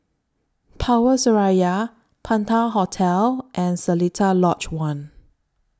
Power Seraya Penta Hotel and Seletar Lodge one